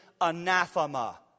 anathema